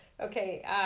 Okay